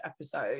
episode